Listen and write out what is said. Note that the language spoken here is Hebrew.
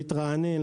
להתרענן,